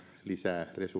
lisää